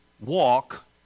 walk